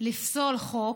לפסול חוק,